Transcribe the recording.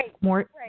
more